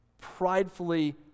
pridefully